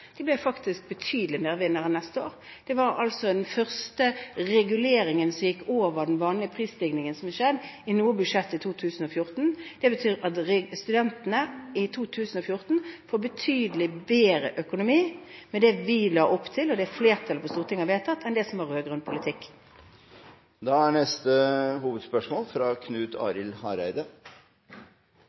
De blir faktisk betydelig mer vinnere neste år: 2014 er første gang det har skjedd i noe budsjett at reguleringen har gått over den vanlige prisstigningen. Det betyr at studentene i 2014 får betydelig bedre økonomi med det vi la opp til, og det flertallet på Stortinget har vedtatt, enn det som var rød-grønn politikk. Da går vi til neste hovedspørsmål.